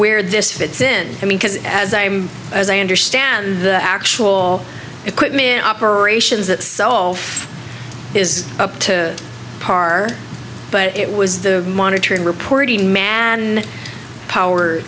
where this fits in i mean because as i'm as i understand the actual equipment in operations that self is up to par but it was the monitoring reporting man power